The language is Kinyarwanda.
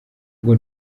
ngo